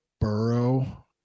Burrow